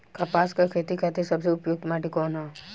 कपास क खेती के खातिर सबसे उपयुक्त माटी कवन ह?